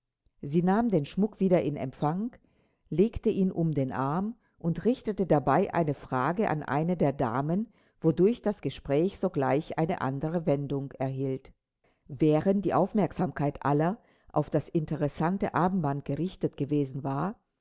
sie nahm den schmuck wieder in empfang legte ihn um den arm und richtete dabei eine frage an eine der damen wodurch das gespräch sogleich eine andere wendung erhielt während die aufmerksamkeit aller auf das interessante armband gerichtet gewesen war